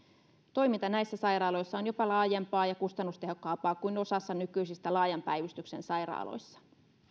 toiminta näissä sairaaloissa on jopa laajempaa ja kustannustehokkaampaa kuin osassa nykyisistä laajan päivystyksen sairaaloista arvoisa